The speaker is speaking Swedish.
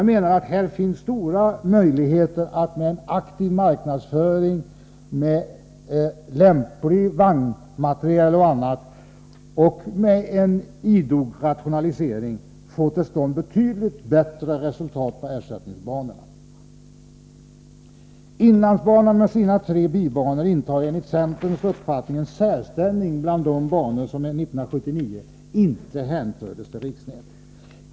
Jag menar att här finns stora möjligheter att med en aktiv marknadsföring, med lämplig vagnmateriel osv. och med en idog rationalisering få till stånd betydligt bättre resultat på ersättningsbanorna. Inlandsbanan med sina tre bibanor intar enligt centerns uppfattning en särställning bland de banor som år 1979 inte hänfördes till riksnätet.